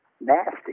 nasty